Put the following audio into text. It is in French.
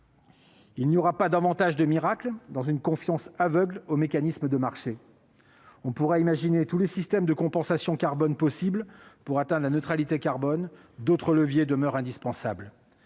se produira pas davantage de miracle si subsiste une confiance aveugle dans les mécanismes de marché. On pourra imaginer tous les systèmes de compensation carbone possibles pour atteindre la neutralité carbone, d'autres leviers demeurent indispensables